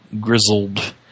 grizzled